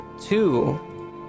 two